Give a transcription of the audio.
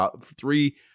three